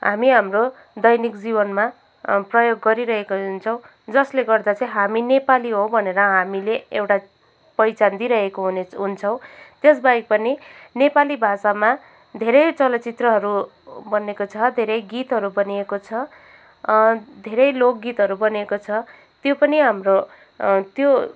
हामी हाम्रो दैनिक जिवनमा प्रयोग गरिरहेको हुन्छौँ जसले गर्दा चाहिँ हामी नेपाली हौँ भनेर हामीले एउटा पहिचान दिइरहेको हुने हुन्छौँ त्यसबाहेक पनि नेपाली भाषामा धेरै चलचित्रहरू बनिएको छ धेरै गीतहरू बनिएको छ धेरै लोकगीतहरू बनिएको छ त्यो पनि हाम्रो त्यो